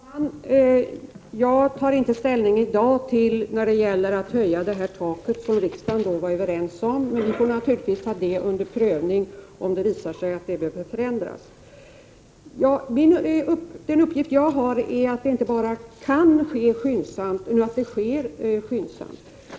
Herr talman! Jag tar inte ställning i dag till frågan om att höja det tak som riksdagens ledamöter var överens om. Vi får ta upp det till förnyad prövning om det visar sig att taket behöver förändras. Den uppgift jag har är att beslut om metadonbehandling inte bara kan ske skyndsamt utan att det också sker skyndsamt.